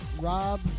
Rob